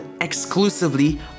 exclusively